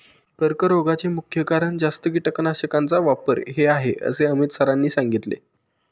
कर्करोगाचे मुख्य कारण जास्त कीटकनाशकांचा वापर हे आहे असे अमित सरांनी सांगितले